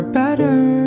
better